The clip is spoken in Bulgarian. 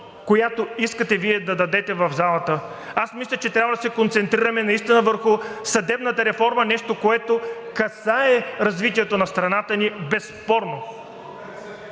която искате Вие да дадете в залата. Мисля, че трябва да се концентрираме наистина върху съдебната реформа – нещо, което касае развитието на страната ни безспорно.